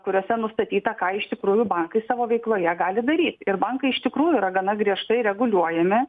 kuriuose nustatyta ką iš tikrųjų bankai savo veikloje gali daryti ir bankai iš tikrųjų yra gana griežtai reguliuojami